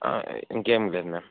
ఇంకేం లేదు మ్యామ్